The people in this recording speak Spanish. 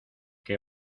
que